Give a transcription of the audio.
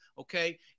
Okay